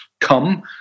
come